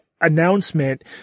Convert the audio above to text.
announcement